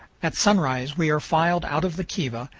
at sunrise we are filed out of the kiva,